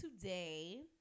today